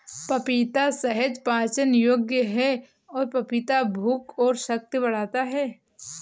पपीता सहज पाचन योग्य है और पपीता भूख और शक्ति बढ़ाता है